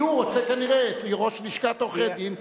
כי הוא רוצה כנראה את ראש לשכת עורכי-דין.